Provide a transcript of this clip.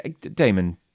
Damon